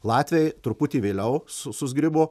latviai truputį vėliau su suzgribo